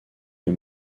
les